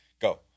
go